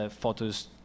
photos